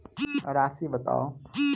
राशि बताउ